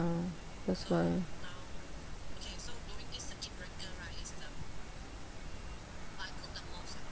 that's why